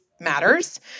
matters